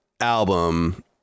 album